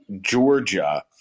Georgia